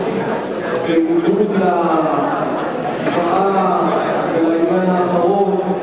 בניגוד להצבעה ולעניין האחרון,